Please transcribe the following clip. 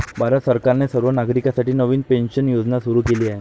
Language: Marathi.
भारत सरकारने सर्व नागरिकांसाठी नवीन पेन्शन योजना सुरू केली आहे